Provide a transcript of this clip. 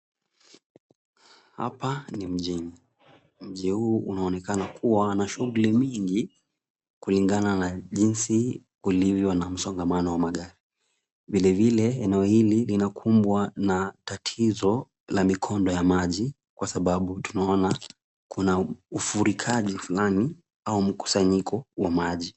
Hapa ni mjini, mji huu unaonekana kuwa na shughuli nyingi kulingana na jinsi ulivyo na msongamano wa magari, vilevile eneo hili linakumbwa na tatizo la mikondo ya maji, kwa sababu tunaona kuna ufurikaji fulani au mkusanyiko wa maji.